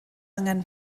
angen